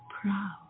proud